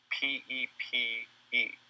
P-E-P-E